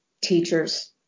teachers